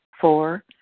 Four